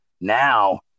Now